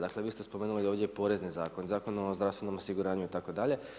Dakle, vi ste spomenuli ovdje porezni zakon, zakon o zdravstvenom osiguranju itd.